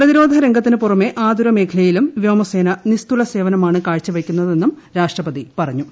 പ്രതിരോധ രംഗത്തിന് പുറമെ ആതുര മേഖലയിലും വ്യോമസേന നിസ്തുല സേവനമാണ് കാഴ്ചവെയ്ക്കുന്നതെന്നും രാഷ്ട്രപതി പറഞ്ഞു